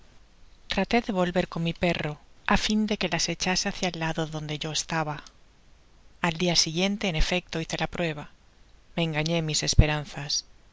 traté de volver con mi perro á fin de que las echase hácia el lado donde yo estaba al dia siguiente en efecto hice la prueba me engañé en mis esperanzas